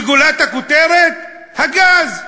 וגולת הכותרת, הגז.